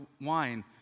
wine